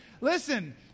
listen